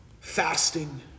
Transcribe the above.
Fasting